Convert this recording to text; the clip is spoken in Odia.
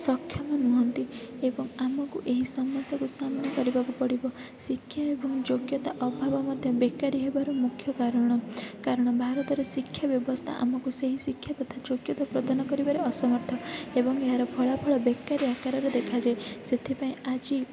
ସକ୍ଷମ ନୁହନ୍ତି ଏବଂ ଆମକୁ ଏହି ସମସ୍ୟାକୁ ସାମ୍ନା କରିବାକୁ ପଡ଼ିବ ଶିକ୍ଷା ଏବଂ ଯୋଗ୍ୟତା ଅଭାବ ମଧ୍ୟ ବେକାରି ହେବାର ମୁଖ୍ୟ କାରଣ କାରଣ ଭାରତରେ ଶିକ୍ଷା ବ୍ୟବସ୍ଥା ଆମକୁ ସେହି ଶିକ୍ଷା ତଥା ଯୋଗ୍ୟତା ପ୍ରଦାନ କରିବାରେ ଅସମର୍ଥ ଏବଂ ଏହାର ଫଳାଫଳ ବେକାରି ଆକାରରେ ଦେଖାଯାଏ ସେଥିପାଇଁ ଆଜି